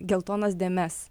geltonas dėmes